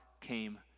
came